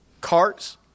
carts